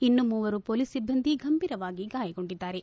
ಇನ್ನೂ ಮೂವರು ಪೊಲೀಸ್ ಸಿಬ್ಲಂದಿ ಗಂಭೀರವಾಗಿ ಗಾಯಗೊಂಡಿದ್ದಾರೆ